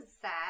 sad